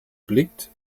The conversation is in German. blickt